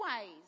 ways